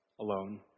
alone